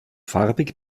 farbig